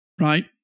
right